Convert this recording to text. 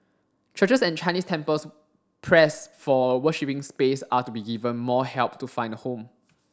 churches and Chinese temples pressed for worshiping space are to be given more help to find a home